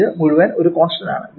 ഇത് മുഴുവൻ ഒരു കോൺസ്റ്റന്റ് ആണ്